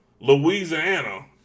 Louisiana